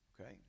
okay